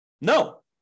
No